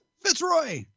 Fitzroy